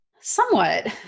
Somewhat